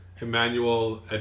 Emmanuel